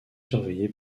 surveillé